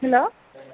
hello